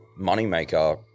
moneymaker